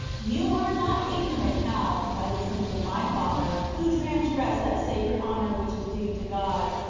you are not ignorant how, by the sins of my father, who transgressed that sacred honor which was due to god,